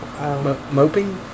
Moping